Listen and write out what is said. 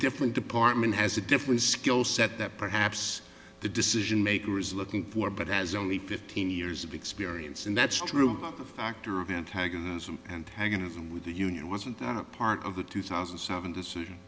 different department has a different skill set that perhaps the decision maker is looking for but as only fifteen years of experience and that's true up a factor of antagonism and hanging with the union wasn't part of the two thousand seven decision